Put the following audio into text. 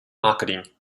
marketing